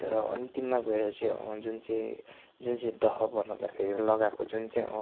तर अन्तिममा गएर चाहिँ जुन चाहिँ जुन चाहिँ दह बनाउँदाखेरि लगाएको जुन चाहिँ